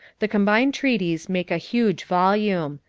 the combined treaties make a huge volume.